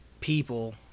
people